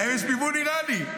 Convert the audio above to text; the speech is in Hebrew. להם יש מימון איראני.